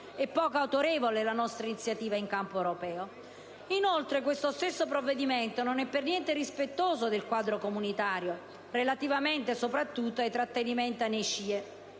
e poco autorevole la nostra iniziativa in campo europeo. Inoltre, il provvedimento non è per niente rispettoso del quadro comunitario relativamente soprattutto ai trattenimenti nei